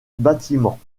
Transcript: bâtiments